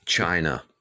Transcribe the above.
China